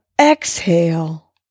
exhale